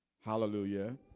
Hallelujah